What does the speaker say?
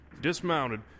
dismounted